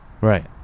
Right